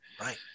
Right